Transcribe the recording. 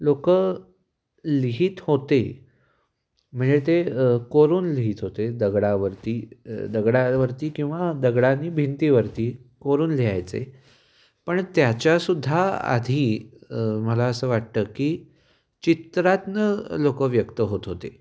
लोकं लिहीत होते म्हणजे ते कोरून लिहित होते दगडावरती दगडावरती किंवा दगडांनी भिंतीवरती कोरून लिहायचे पण त्याच्यासुद्धा आधी मला असं वाटतं की चित्रातून लोक व्यक्त होत होते